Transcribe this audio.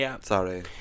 sorry